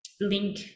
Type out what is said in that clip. link